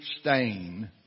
stain